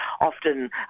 often